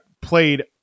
played